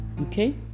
okay